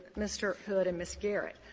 mr. hood and ms. garrett.